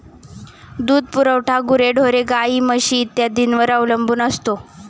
दूध पुरवठा गुरेढोरे, गाई, म्हशी इत्यादींवर अवलंबून असतो